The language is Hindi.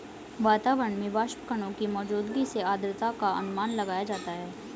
वातावरण में वाष्पकणों की मौजूदगी से आद्रता का अनुमान लगाया जाता है